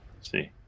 see